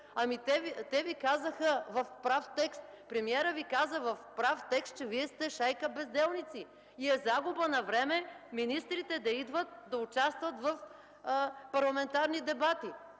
те Ви казаха в прав текст, премиерът Ви каза в прав текст, че Вие сте шайка безделници и е загуба на време министрите да идват и да участват в парламентарни дебати.